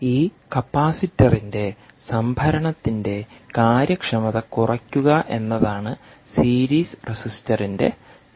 ഈ കപ്പാസിറ്ററിന്റെ സംഭരണത്തിന്റെ കാര്യക്ഷമത കുറയ്ക്കുക എന്നതാണ് സീരീസ് റെസിസ്റ്ററിന്റെപ്രഭാവം